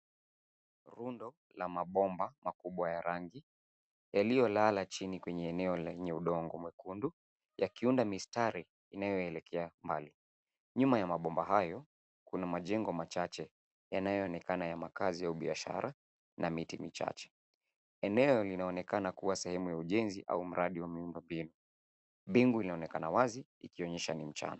Rundo la mabomba makubwa ya rangi yaliyolala chini kwenye eneo lenye udongo mwekundu yakiunda mistari inayoelekea mbali. Nyuma ya mabomba hayo kuna majengo machache yanayoonekana ya makaazi au biashara na miti michache. Eneo linaonekana kuwa sehemu ya ujenzi au mradi wa miundo mbinu. Bingu inaonekana wazi ikionyesha ni mchana.